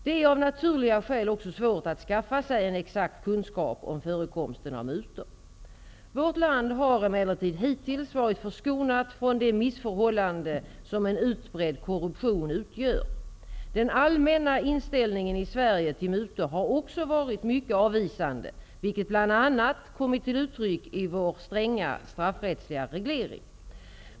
Det är av naturliga skäl också svårt att skaffa sig en exakt kunskap om förekomsten av mutor. Vårt land har emellertid hittills varit förskonat från det missförhållande som en utbredd korruption utgör. Den allmänna inställningen i Sverige till mutor har också varit mycket avvisande, vilket bl.a. kommit till uttryck i vår stränga straffrättsliga reglering.